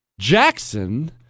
Jackson